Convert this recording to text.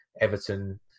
Everton